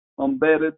embedded